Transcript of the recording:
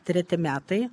treti metai